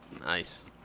Nice